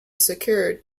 secured